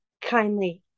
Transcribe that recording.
kindly